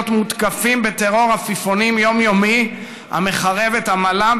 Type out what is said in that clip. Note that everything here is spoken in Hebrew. מותקפים בטרור עפיפונים יום-יומי המחרב את עמלם,